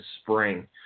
spring